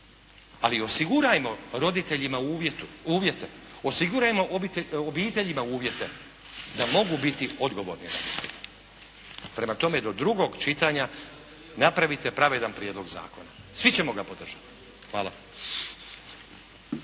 Osigurajmo obiteljima uvjete da mogu biti odgovorni roditelji. Prema tome, do drugog čitanja napravite pravedan prijedlog zakona. Svi ćemo ga podržati! Hvala.